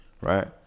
right